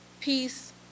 peace